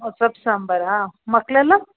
ಓ ಸೊಪ್ಪು ಸಾಂಬಾರಾ ಮಕ್ಕಳೆಲ್ಲ